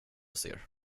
ser